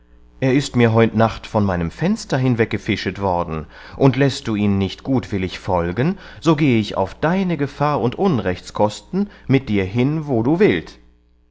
er ist mir heunt nacht von meinem fenster hinweggefischet worden und läßt du ihn nicht gutwillig folgen so gehe ich auf deine gefahr und unrechtskosten mit dir hin wo du willt